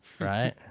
right